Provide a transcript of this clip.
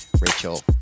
Rachel